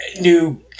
New